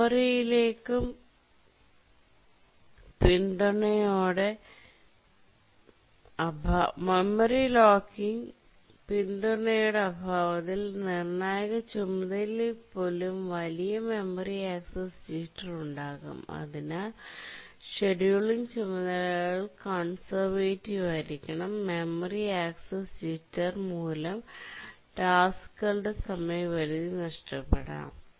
memory locking പിന്തുണയുടെ അഭാവത്തിൽ നിർണായക ചുമതലയിൽ പോലും വലിയ മെമ്മറി ആക്സസ് ജിറ്റർ ഉണ്ടാകാം അതിനാൽ ഷെഡ്യൂളിംഗ് ചുമതലകൾ കോൺസെർവടിവ് ആയിരിക്കണം മെമ്മറി ആക്സസ് ജിറ്റർ മൂലം ടാസ്ക്കുകളുടെ സമയപരിധി നഷ്ടപ്പെടാം